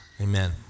Amen